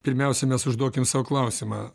pirmiausia mes užduokim sau klausimą